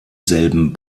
selben